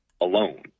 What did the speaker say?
alone